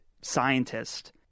scientist